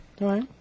Right